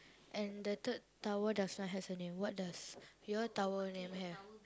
and the third tower does not has a name what does your tower name have